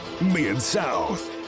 Mid-South